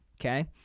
Okay